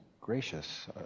gracious